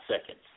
seconds